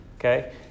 okay